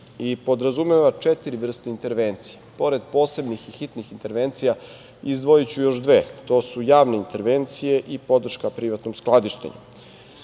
i podrazumeva četiri vrste intervencije. Pored posebnih i hitnih intervencija izdvojiću još dve. To su javne intervencije i podrška privatnom skladištenju. Javne